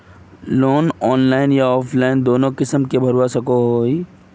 Loan online आर offline दोनों किसम के भरवा सकोहो ही?